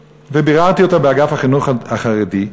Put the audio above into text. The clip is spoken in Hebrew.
וביררתי אותה באגף החינוך החרדי.